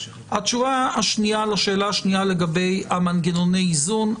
התשובה השנייה לשאלה השנייה לגבי מנגנוני איזון,